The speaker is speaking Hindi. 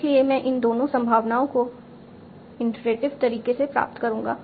इसलिए मैं इन दोनों संभावनाओं को इटरेटिव तरीके से प्राप्त करूंगा